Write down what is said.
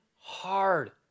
hard